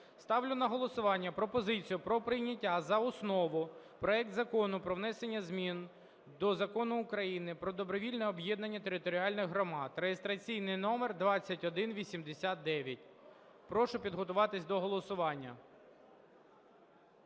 Ставлю на голосування пропозицію про прийняття за основу проект Закону про внесення змін до Закону України "Про добровільне об'єднання територіальних громад" (реєстраційний номер 2189). Прошу підготуватись до голосування.